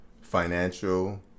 Financial